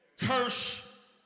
curse